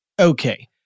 Okay